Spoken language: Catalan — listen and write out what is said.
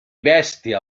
bèstia